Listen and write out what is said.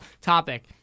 topic